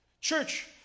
church